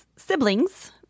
siblings